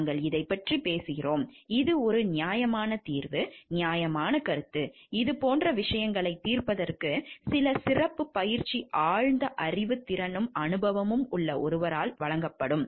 நாங்கள் இதைப் பற்றி பேசுகிறோம் இது ஒரு நியாயமான தீர்வு நியாயமான கருத்து இது போன்ற விஷயங்களைத் தீர்ப்பதற்கு சில சிறப்புப் பயிற்சி ஆழ்ந்த அறிவுத் திறனும் அனுபவமும் உள்ள ஒருவரால் வழங்கப்படும்